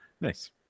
Nice